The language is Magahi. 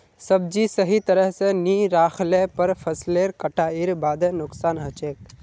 सब्जी सही तरह स नी राखले पर फसलेर कटाईर बादे नुकसान हछेक